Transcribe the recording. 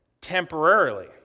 Temporarily